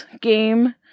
game